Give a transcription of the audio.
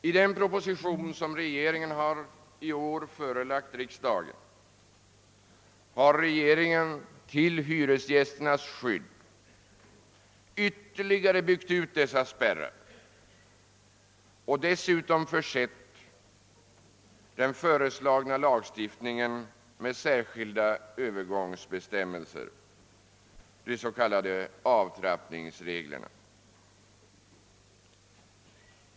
I den proposition som regeringen i år har förelagt riksdagen har regeringen till hyresgästernas skydd ytterligare byggt ut dessa spärrar och dessutom försett den föreslagna lagstiftningen med särskilda övergångsbestämmelser, de s.k. avtrappningsreglerna.